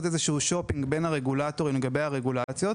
שופינג בין הרגולטורים לגבי הרגולציות,